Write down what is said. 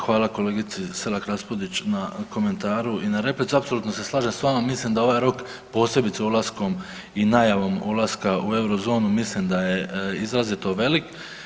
Hvala kolegice SElak Raspudić na komentaru i na replici, apsolutno se slažem s vama, mislim da ovaj rok posebice ulaskom i najavom ulaska u Eurozonu mislim da je izrazito velik.